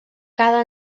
cada